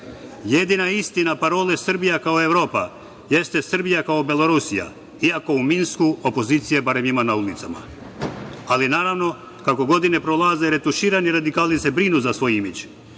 istina parole „Srbija kao Evropa“ jeste Srbija kao Belorusija, iako u Minsku opozicije ima barem na ulicama, ali kako godine prolaze retuširani radikali se brinu za svoj imidž.